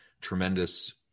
tremendous